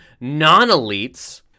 non-elites